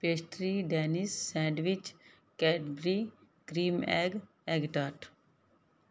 pastry danish sandwich Cadbury cream egg egg tart